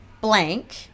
blank